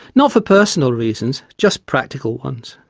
not for personal reasons, just practical ones.